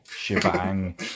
shebang